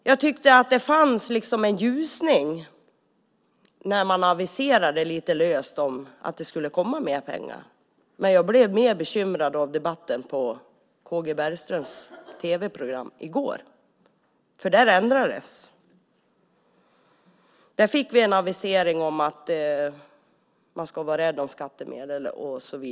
Jag tyckte att det fanns en ljusning när man lite löst aviserade att det skulle komma mer pengar. Men jag blev bekymrad av debatten i K.G. Bergströms tv-program i går. Där ändrades det. Där fick vi en avisering om att man ska vara rädd om skattemedel.